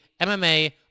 mma